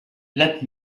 let